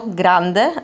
grande